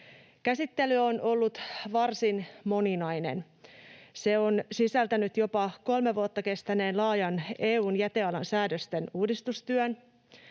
Käsittely on ollut varsin moninainen. Se on sisältänyt jopa kolme vuotta kestäneen laajan EU:n jätealan säädösten uudistustyön.